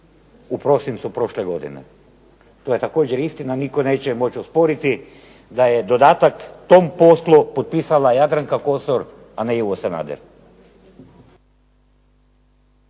u prosincu prošle godine, to je također istina, nitko neće moći osporiti da je dodatak tom poslu potpisala Jadranka Kosor a ne Ivo Sanader.